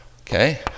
okay